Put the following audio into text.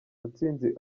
mutsinzi